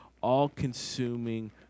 all-consuming